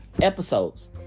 episodes